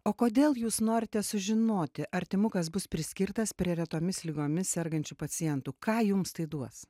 o kodėl jūs norite sužinoti ar timukas bus priskirtas prie retomis ligomis sergančių pacientų ką jums tai duos